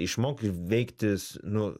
išmoki veiktis nu